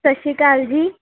ਸਤਿ ਸ਼੍ਰੀ ਅਕਾਲ ਜੀ